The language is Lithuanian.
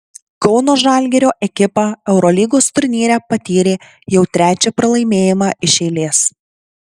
kauno žalgirio ekipa eurolygos turnyre patyrė jau trečią pralaimėjimą iš eilės